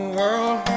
world